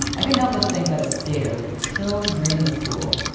i couldn't help but think that a skater would kill to drain this pool.